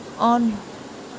on